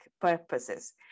purposes